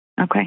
Okay